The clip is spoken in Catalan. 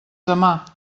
demà